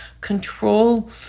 control